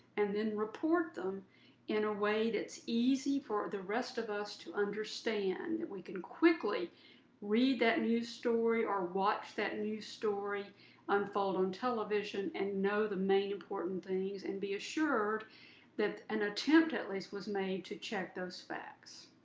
and then, report them in a way that's easy for the rest of us to understand. we can quickly read that news story or watch that story unfold on television and know the main important things. and be assured that an attempt at least was made to check those facts.